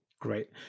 Great